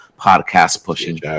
podcast-pushing